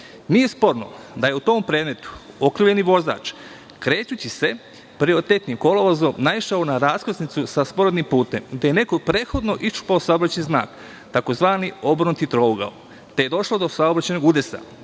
Nije sporno da je u tom predmetu okrivljeni vozač krećući se prioritetnim kolovozom naišao na raskrsnicu sa sporednim putem, gde je neko prethodno iščupao saobraćajni znak tzv. obrnuti trougao i došlo je do saobraćajnog udesa.